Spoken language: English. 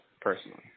personally